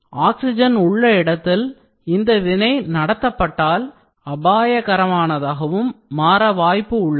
ஆக்சிஜனேற்ற இடத்தில் நடத்தப்பட்டால் அபாயகரமானதாகவும் மாற வாய்ப்பு உள்ளது